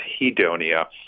hedonia